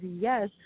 yes